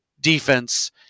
defense